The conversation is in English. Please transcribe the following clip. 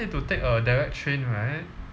need to take a direct train right